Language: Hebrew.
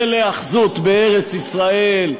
של היאחזות בארץ-ישראל.